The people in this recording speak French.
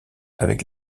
avec